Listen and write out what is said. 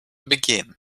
begin